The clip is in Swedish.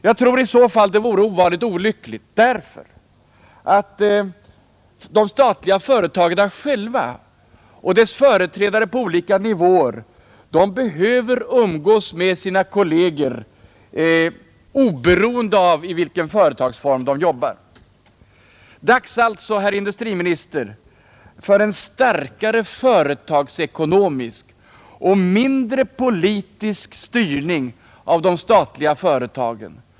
Jag tror i så fall att det vore ovanligt 30 mars 1971 olyckligt därför att de statliga företagen själva och deras företrädarepå — olika nivåer behöver umgås med sina kolleger oberoende av i vilken Ang. erfarenheterna förtagsform de jobbar. av försöken att vidga Dags alltså, herr industriminister, för en starkare företagsekonomisk den statliga företagoch mindre politisk styrning av de statliga företagen.